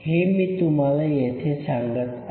हे मी तुम्हाला येथे सांगत आहे